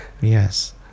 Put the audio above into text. Yes